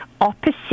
opposite